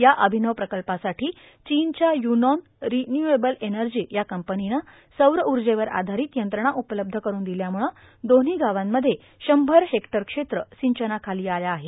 या र्आभनव प्रकल्पासाठी चीनच्या य्नॉन राज्यूव्हेबल एनर्जा या कंपनीनं सौर ऊजवर आर्धारत यंत्रणा उपलब्ध करुन दिल्यामुळे दोन्हो गावांत शंभर हेक्टर क्षेत्र संचनाखालो आलं आहे